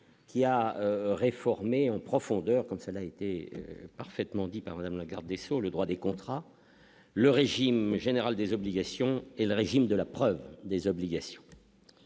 qui a réformé en profondeur, comme ça l'a été parfaitement dit par Madame la Garde des Sceaux, le droit des contrats, le régime général des obligations et le régime de la preuve des obligations,